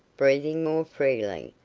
breathing more freely,